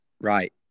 right